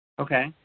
Okay